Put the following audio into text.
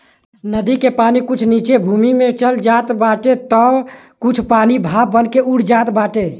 नदी के पानी कुछ नीचे भूमि में चल जात बाटे तअ कुछ पानी भाप बनके उड़ जात बाटे